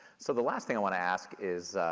so the last thing i want to ask is,